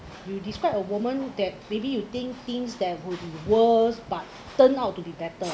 you desccribe a moment that maybe you think things there would be worse but turned out to be better